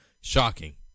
Shocking